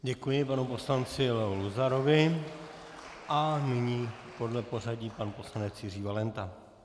Děkuji panu poslanci Leo Luzarovi a nyní podle pořadí pan poslanec Jiří Valenta.